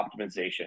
optimization